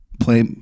play